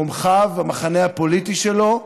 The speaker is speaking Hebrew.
תומכיו, המחנה הפוליטי שלו,